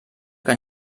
kein